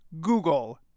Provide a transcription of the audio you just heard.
Google